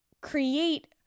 create